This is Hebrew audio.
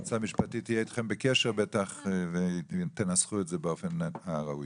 היועצת המשפטית תהיה איתכם בקשר ותנסחו את זה באופן הראוי.